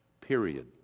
Period